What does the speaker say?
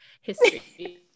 history